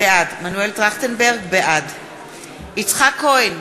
בעד יצחק כהן,